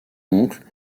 oncle